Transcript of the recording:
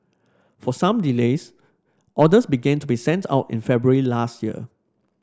for some delays orders began to be sent out in February last year